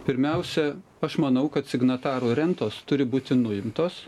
pirmiausia aš manau kad signatarų rentos turi būti nuimtos